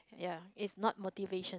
ya it's not motivation